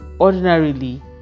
ordinarily